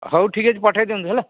ହଉ ଠିକ୍ ଅଛି ପଠେଇ ଦିଅନ୍ତୁ ହେଲା